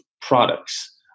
products